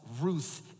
Ruth